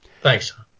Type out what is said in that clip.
Thanks